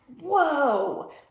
whoa